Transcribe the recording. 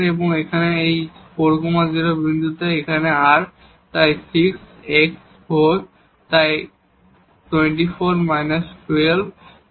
এবং এই 4 0 বিন্দুতে তাই এখানে r তাই 6 × 4 তাই 24−12